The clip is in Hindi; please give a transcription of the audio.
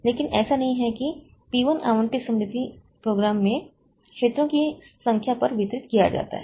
लेकिन ऐसा नहीं है कि P 1 आवंटित स्मृति कार्यक्रम में क्षेत्रों की संख्या पर वितरित किया जाता है